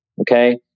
Okay